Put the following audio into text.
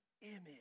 image